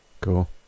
Cool